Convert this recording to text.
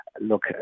look